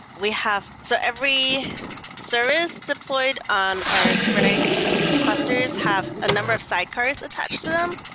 we have so every service deployed on our kubernetes clusters have a number of sidecars attached to them.